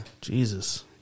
Jesus